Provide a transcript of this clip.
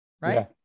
right